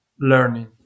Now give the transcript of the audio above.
learning